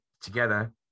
together